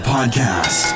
Podcast